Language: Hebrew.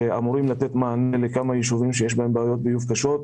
מה שאמור לתת מענה לכמה יישובים שיש בהם בעיות ביוב קשות.